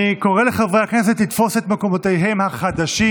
אני קורא לחברי הכנסת לתפוס את מקומותיהם החדשים.